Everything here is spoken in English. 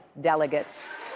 delegates